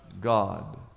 god